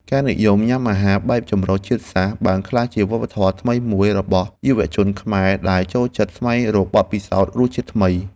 ការនិយមញ៉ាំអាហារបែបចម្រុះជាតិសាសន៍បានក្លាយជាវប្បធម៌ថ្មីមួយរបស់យុវជនខ្មែរដែលចូលចិត្តស្វែងរកបទពិសោធន៍រសជាតិថ្មី។